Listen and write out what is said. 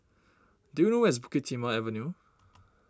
do you know where is Bukit Timah Avenue